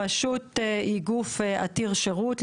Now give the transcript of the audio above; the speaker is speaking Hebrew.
הרשות היא גוף עתיר שירות.